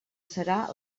serà